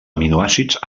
aminoàcids